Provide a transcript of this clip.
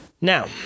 Now